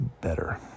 better